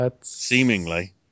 Seemingly